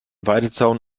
weidezaun